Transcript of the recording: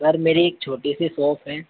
sir मेरी एक छोटी सी सॉप है